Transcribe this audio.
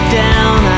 down